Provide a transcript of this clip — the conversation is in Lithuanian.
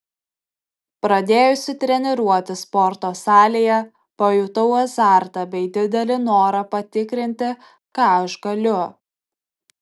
pradėjusi treniruotis sporto salėje pajutau azartą bei didelį norą patikrinti ką aš galiu